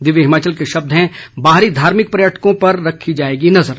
दिव्य हिमाचल के शब्द हैं बाहरी धार्मिक पर्यटकों पर रखी जाएगी नजर